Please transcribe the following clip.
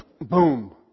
boom